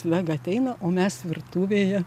vega ateina o mes virtuvėje